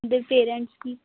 इं'दे पैरेंटस गी